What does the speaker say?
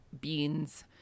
beans